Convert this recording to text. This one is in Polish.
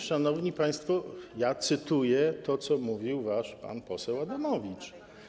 Szanowni państwo, cytuję to, co mówił wasz pan poseł Adamowicz.